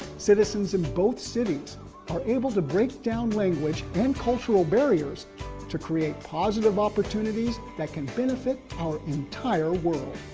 citizens in both cities are able to break down language and cultural barriers to create positive opportunities that can benefit our entire world.